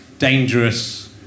dangerous